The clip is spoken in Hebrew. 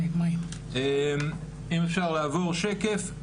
אם אפשר לעבור שקף,